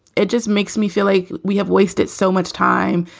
it just makes me feel like we have wasted so much time.